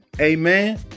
Amen